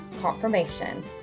Confirmation